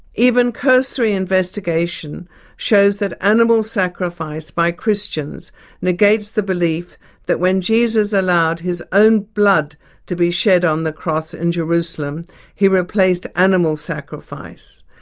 even cursory investigation shows that animal sacrifice by christians negates the belief that when jesus allowed his own blood to be shed on the cross in jerusalem he replaced replaced animal sacrifice,